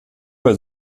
bei